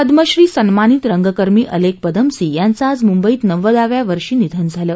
पद्मश्री सन्मानित रंगकर्मी अलेक पदमसी यांचं आज मुंबईत नव्वदाव्या वर्षी निधन झालं